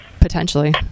potentially